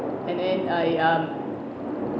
and then I um